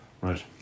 Right